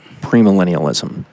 premillennialism